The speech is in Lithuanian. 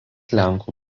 lenkų